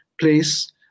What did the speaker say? place